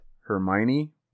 Hermione